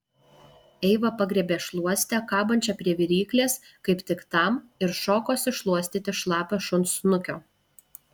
eiva pagriebė šluostę kabančią prie viryklės kaip tik tam ir šokosi šluostyti šlapio šuns snukio